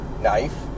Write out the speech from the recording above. knife